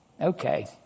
Okay